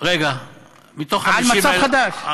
על מצב חדש.